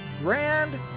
grand